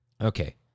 Okay